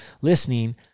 listening